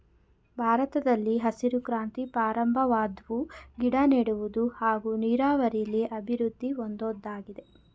ಭಾರತದಲ್ಲಿ ಹಸಿರು ಕ್ರಾಂತಿ ಪ್ರಾರಂಭವಾದ್ವು ಗಿಡನೆಡುವುದು ಹಾಗೂ ನೀರಾವರಿಲಿ ಅಭಿವೃದ್ದಿ ಹೊಂದೋದಾಗಿದೆ